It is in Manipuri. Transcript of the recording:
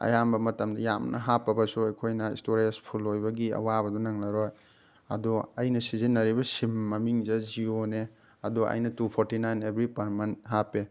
ꯑꯌꯥꯝꯕ ꯃꯇꯝꯗ ꯌꯥꯝꯅ ꯍꯥꯞꯄꯕꯁꯨ ꯑꯩꯈꯣꯏꯅ ꯏꯁꯇꯣꯔꯦꯖ ꯐꯨꯜ ꯑꯣꯏꯕꯒꯤ ꯑꯋꯥꯕꯗꯨ ꯅꯪꯂꯔꯣꯏ ꯑꯗꯣ ꯑꯩꯅ ꯁꯤꯖꯤꯟꯅꯔꯤꯕ ꯁꯤꯝ ꯃꯃꯤꯡꯁꯦ ꯖꯤꯌꯣꯅꯦ ꯑꯗꯣ ꯑꯩꯅ two forty nine every per month ꯍꯥꯞꯄꯦ